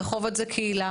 רחובות זה קהילה,